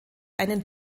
einen